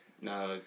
No